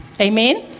Amen